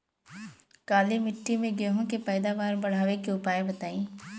काली मिट्टी में गेहूँ के पैदावार बढ़ावे के उपाय बताई?